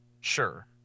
Sure